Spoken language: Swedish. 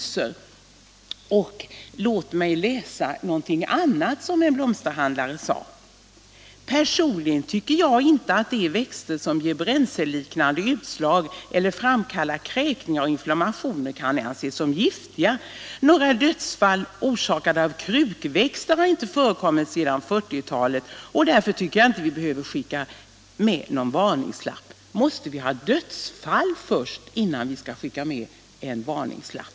16 maj 1977 Låt mig så läsa upp ytterligare något som en blomsterhandlare har sagt: ”Personligen tycker jag inte att växter som ger brännässelliknande Om varningsmärkutslag eller framkallar kräkningar och inflammationer kan anses som = ning av hälsovådliga giftiga. Några dödsfall, orsakade av krukväxter, har inte förekommit se — krukväxter dan 40-talet, och så länge inget allvarligt hänt tycker jag inte att vi behöver skicka med någon varningslapp.” Måste det inträffa dödsfall innan vi skickar med en varningslapp?